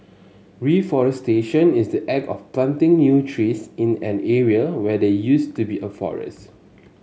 reforestation is the act of planting new trees in an area where there used to be a forest